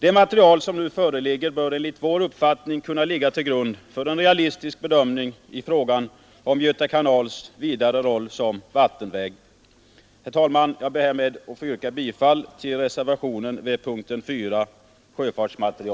Det material som föreligger bör enligt vår uppfattning kunna ligga till grund för en realistisk bedömning av frågan om Göta kanals vidare roll som vattenväg. Herr talman! Jag yrkar bifall till reservationen 4 vid punkten 9.